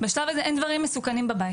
בשלב הזה אין דברים מסוכנים בבית